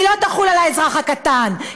היא לא תחול על האזרח הקטן,